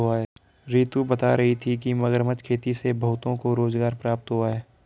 रितु बता रही थी कि मगरमच्छ खेती से बहुतों को रोजगार प्राप्त हुआ है